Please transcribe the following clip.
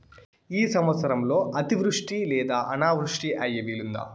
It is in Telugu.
ఈ సంవత్సరంలో అతివృష్టి లేదా అనావృష్టి అయ్యే వీలుందా?